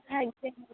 ଆଜ୍ଞା